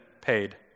paid